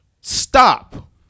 stop